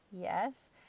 yes